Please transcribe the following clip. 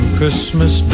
Christmas